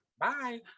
Bye